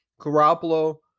Garoppolo